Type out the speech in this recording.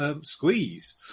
squeeze